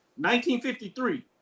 1953